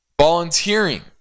Volunteering